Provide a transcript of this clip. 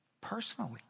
Personally